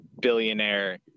billionaire